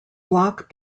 block